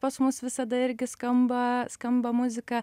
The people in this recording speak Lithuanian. pas mus visada irgi skamba skamba muzika